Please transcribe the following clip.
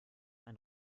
ein